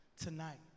tonight